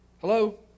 Hello